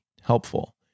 helpful